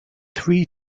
three